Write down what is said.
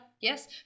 Yes